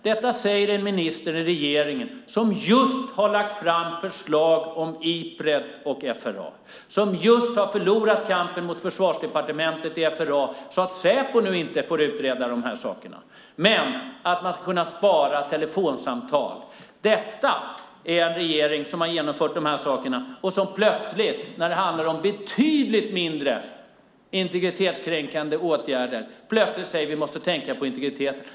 Detta säger en minister i regeringen som just har lagt fram förslag om Ipred och FRA och som just har förlorat kampen mot Försvarsdepartementet när det gäller FRA så att Säpo nu inte får utreda de sakerna. Men man ska kunna spara telefonsamtal. Detta är en regering som har genomfört de här sakerna och som plötsligt när det handlar om betydligt mindre integritetskränkande åtgärder säger att man måste tänka på integriteten.